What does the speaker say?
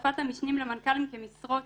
הוספת המשנים למנכ"לים בפטור ממכרז,